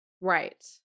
right